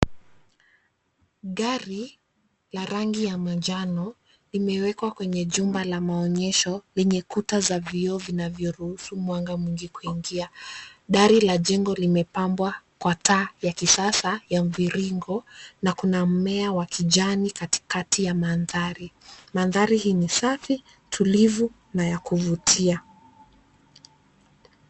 Gari la rangi ya manjano limewekwa kwenye jumba la maonyesho lenye kuta za vyoo vinavyoruhusu mwanga mwingi kuingia. Dari la jengo limepambwa kwa taa ya kisasa ya mviringo na kuna mmea wa kijani katikati ya mandhari. Mandhari hii ni safi, tulivu na ya kuvutia.